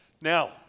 Now